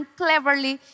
cleverly